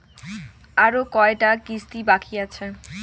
আরো কয়টা কিস্তি বাকি আছে?